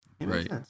Right